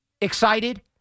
excited